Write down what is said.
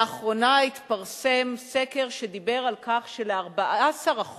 לאחרונה התפרסם סקר שדיבר על כך של-14%